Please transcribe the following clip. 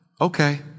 Okay